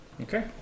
Okay